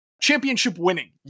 championship-winning